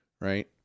Right